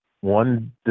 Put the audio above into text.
one